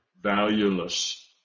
valueless